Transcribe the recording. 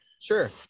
Sure